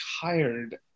tired